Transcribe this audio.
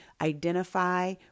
identify